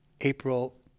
April